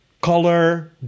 color